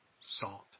Salt